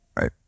Right